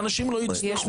יש ביקוש.